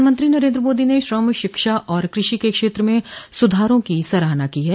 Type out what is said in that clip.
प्रधानमंत्री नरेंद्र मोदी ने श्रम शिक्षा और कृषि के क्षेत्र में सुधारों की सराहना की है